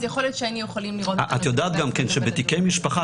אז יכול להיות שהיינו יכולים לראות --- את יודעת גם כן שבתיקי משפחה,